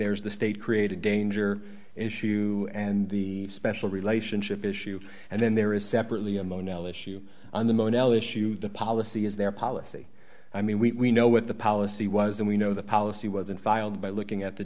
there's the state created danger issue and the special relationship issue and then there is separately a mono issue on the mono issue the policy is there policy i mean we know what the policy was and we know the policy was in filed by looking at the